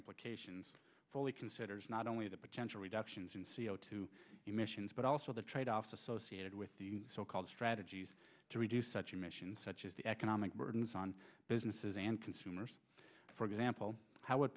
implications fully considers not only the potential reductions in c o two emissions but also the trade offs associated with the so called strategies to reduce such emissions such as the economic burdens on businesses and consumers for example how